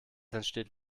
entsteht